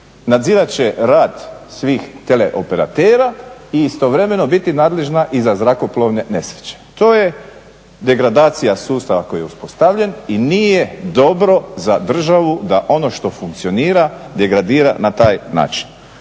nadzirat će rad svih tele operatera i istovremeno biti nadležna i za zrakoplovne nesreće. To je degradacija sustava koji je uspostavljen i nije dobro za državu da ono što funkcionira degradira na taj način.